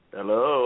Hello